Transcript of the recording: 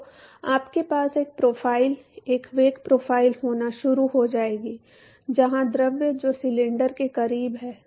तो आपके पास एक प्रोफ़ाइल एक वेग प्रोफ़ाइल होना शुरू हो जाएगी जहां द्रव जो सिलेंडर के करीब है